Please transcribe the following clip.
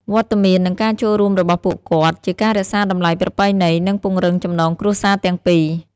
វត្តមាន និងការចូលរួមរបស់ពួកគាត់ ជាការរក្សាតម្លៃប្រពៃណី និងពង្រឹងចំណងគ្រួសារទាំងពីរ។